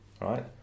right